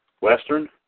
Western